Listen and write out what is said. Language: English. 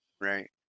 right